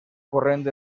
corrent